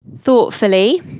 thoughtfully